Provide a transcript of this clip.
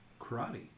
karate